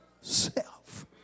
self